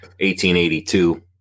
1882